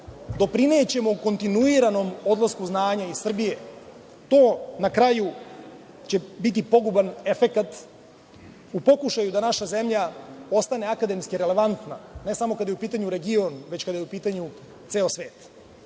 doprinećemo kontinuiranom odlasku znanja iz Srbije. To će na kraju biti poguban efekat u pokušaju da naša zemlja ostane akademski relevantna, ne samo kada je u pitanju region već kada je u pitanju ceo